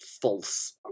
false